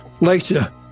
later